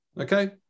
Okay